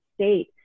state